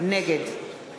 נגד